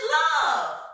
love